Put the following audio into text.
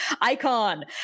icon